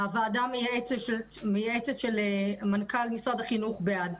הוועדה המייעצת של מנכ"ל משרד החינוך בעד.